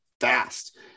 fast